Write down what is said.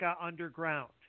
Underground